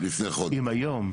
אם היום,